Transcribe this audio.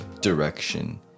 Direction